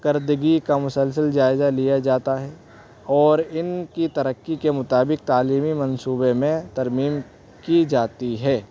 کردگی کا مسلسل جائزہ لیا جاتا ہے اور ان کی ترقی کے مطابق تعلیمی منصوبے میں ترمیم کی جاتی ہے